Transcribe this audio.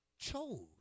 chose